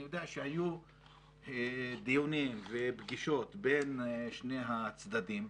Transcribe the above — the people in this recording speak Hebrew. אני יודע שהיו דיונים ופגישות בין שני הצדדים,